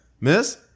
miss